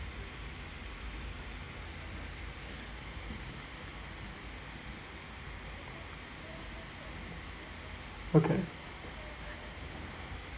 okay